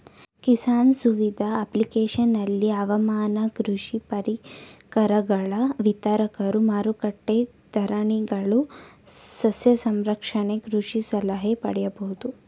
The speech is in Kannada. ಕಿಸಾನ್ ಸುವಿಧ ಅಪ್ಲಿಕೇಶನಲ್ಲಿ ಹವಾಮಾನ ಕೃಷಿ ಪರಿಕರಗಳ ವಿತರಕರು ಮಾರಕಟ್ಟೆ ಧಾರಣೆಗಳು ಸಸ್ಯ ಸಂರಕ್ಷಣೆ ಕೃಷಿ ಸಲಹೆ ಪಡಿಬೋದು